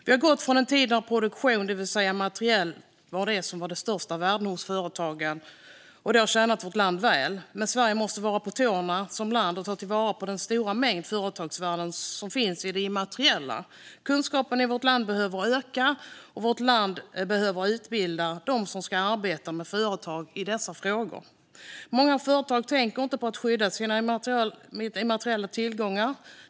Vi har gått från en tid där produktion - det vill säga det materiella - var det största värdet hos företagen. Det har tjänat vårt land väl, men Sverige måste vara på tårna som land och ta vara på den stora mängd företagsvärden som finns i det immateriella. Kunskapen i vårt land behöver öka, och vårt land behöver utbilda dem som ska arbeta med företag i dessa frågor. Många företag tänker inte på att skydda sina immateriella tillgångar.